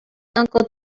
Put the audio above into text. uncle